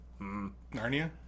Narnia